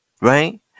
right